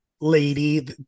lady